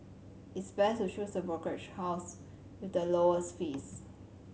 it's best to choose a brokerage house with the lowest fees